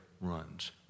runs